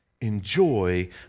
Enjoy